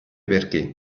perché